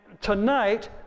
tonight